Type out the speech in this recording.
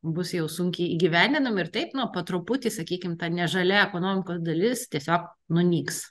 bus jau sunkiai įgyvendinami ir taip na po truputį sakykim ne žalia ekonomikos dalis tiesiog nunyks